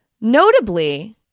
Notably